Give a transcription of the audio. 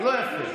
לא יפה.